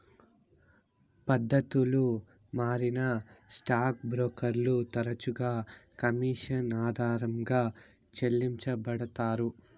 పద్దతులు మారినా స్టాక్ బ్రోకర్లు తరచుగా కమిషన్ ఆధారంగా చెల్లించబడతారు